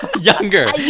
younger